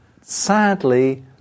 Sadly